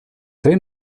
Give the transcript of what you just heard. tre